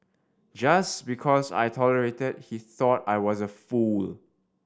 just because I tolerated he thought I was a fool